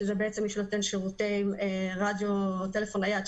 שזה בעצם מי שנותן שירותי טלפון נייד,